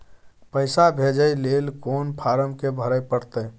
पैसा भेजय लेल कोन फारम के भरय परतै?